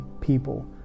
people